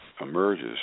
emerges